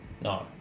No